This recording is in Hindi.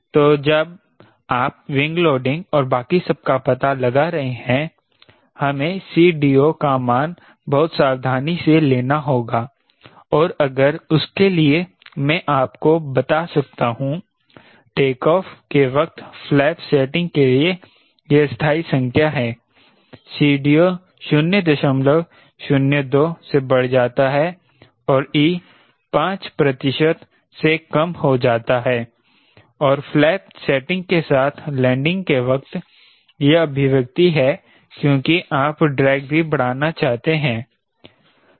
तो जब आप विंड लोडिंग और बाकी सब का पता लगा रहे हैं हमें CDO का मान बहुत सावधानी से लेना होगा और उसके लिए मैं आपको बता सकता हूं टेकऑफ के वक्त फ्लैप सेटिंग के लिए ये अस्थायी संख्या हैं CDO 002 से बढ़ जाता है और e 5 प्रतिशत से कम हो जाता है और फ्लैप सेटिंग के साथ लैंडिंग के वक्त यह अधिकतम है क्योंकि आप ड्रैग भी बढ़ाना चाहते हैं